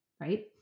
right